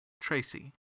Tracy